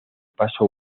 pasa